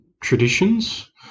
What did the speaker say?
traditions